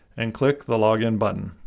and click the login button.